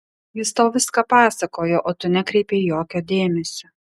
jis tau viską pasakojo o tu nekreipei jokio dėmesio